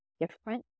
different